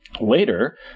Later